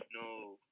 No